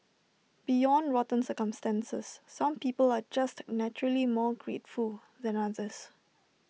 beyond rotten circumstances some people are just naturally more grateful than others